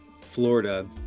Florida